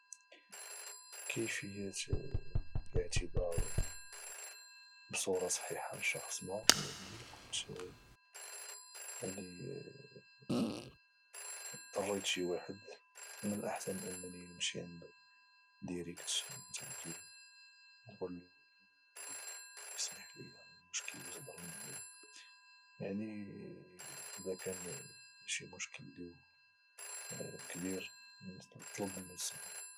كيفيه الاعتذار بصوره صحيحه لشخص ما يعني الا كنت الحق شي واحد من الاحسن انني نمشي عنده ديريكت ونعتذر له نقول له اسمح لي على المشكل اللي صدر مني يعني الا كان شي مشكل اللي هو كبير نطلب منو السماحة